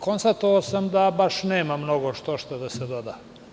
Konstatovao sam da baš nema mnogo što, šta da se doda.